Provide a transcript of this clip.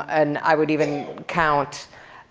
um and i would even count